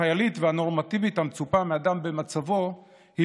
החיילית והנורמטיבית המצופה מאדם במצבו היא